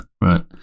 right